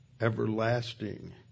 everlasting